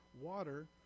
water